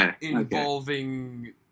involving